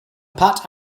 pat